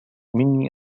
مني